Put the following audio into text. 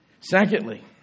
Secondly